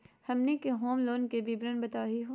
हमनी के home loan के विवरण बताही हो?